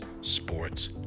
Sports